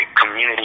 community